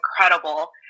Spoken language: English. incredible